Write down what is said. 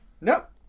Nope